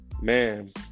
Man